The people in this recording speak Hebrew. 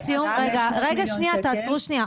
מה תגידו להם,